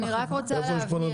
אני רק רוצה להבהיר,